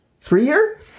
Three-year